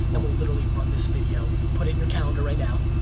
and we'll literally run this video, put it in your calendar right now.